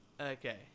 Okay